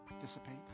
dissipate